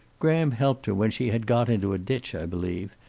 graham helped her when she had got into a ditch, i believe.